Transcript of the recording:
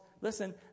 listen